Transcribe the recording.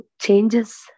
changes